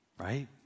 right